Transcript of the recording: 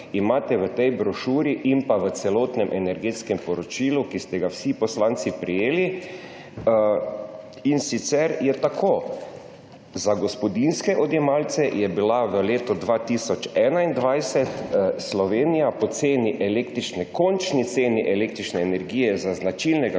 podatke v tej brošuri in pa v celotnem energetskem poročilu, ki ste ga vsi poslanci prejeli, in sicer: za gospodinjske odjemalce je bila v letu 2021 Slovenija po končni ceni električne energije za značilnega